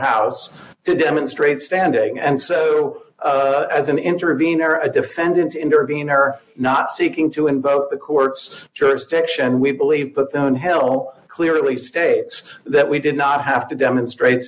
house to demonstrate standing and so as an intervenor a defendant intervene or not seeking to invoke the court's jurisdiction we believe but the hell clearly states that we did not have to demonstrate